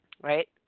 Right